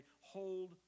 hold